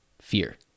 fear